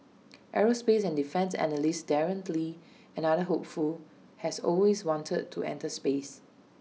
aerospace and defence analyst Darren lee another hopeful has always wanted to enter space